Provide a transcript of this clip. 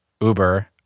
Uber